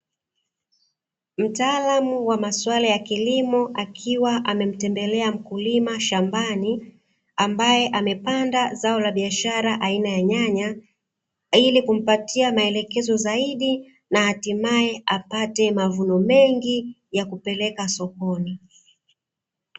Mtaalamu wa maswala ya kilimo, akiwa amemtembelea mkulima shambani ambaye amepanda zao la biashara aina ya nyanya, ili kumpatia maelekezo zaidi na hatimaye apate mavuno mengi ya kupeleka sokoni.